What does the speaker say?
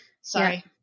Sorry